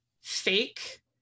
fake